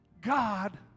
God